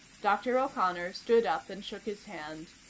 dr. o'connor stood up and shook his hand.